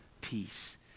peace